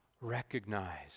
recognize